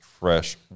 fresh